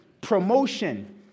Promotion